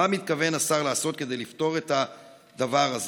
מה מתכוון השר לעשות כדי לפתור את הדבר הזה